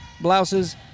blouses